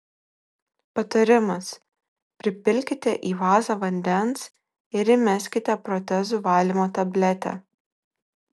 patarimas pripilkite į vazą vandens ir įmeskite protezų valymo tabletę